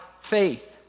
faith